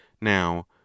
now